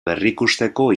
berrikusteko